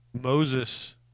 Moses